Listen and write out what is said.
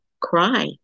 cry